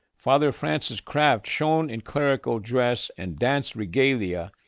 father francis craft, shown in clerical dress and dance regalia,